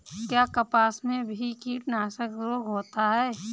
क्या कपास में भी कीटनाशक रोग होता है?